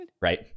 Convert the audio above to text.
Right